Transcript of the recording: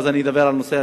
ואז אדבר עליו.